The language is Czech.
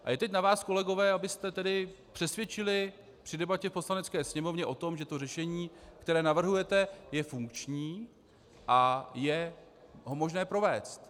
A je teď na vás kolegové, abyste tedy přesvědčili při debatě v Poslanecké sněmovně o tom, že to řešení, které navrhujete, je funkční a je ho možné provést.